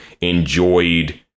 enjoyed